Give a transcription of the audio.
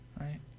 right